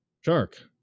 Shark